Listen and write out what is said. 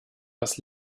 das